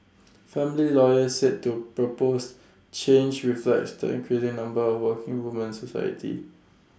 family lawyers said two proposed change reflects the increasing number of working women society